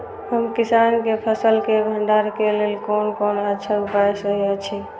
हम किसानके फसल के भंडारण के लेल कोन कोन अच्छा उपाय सहि अछि?